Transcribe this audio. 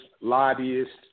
Lobbyists